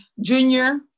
Junior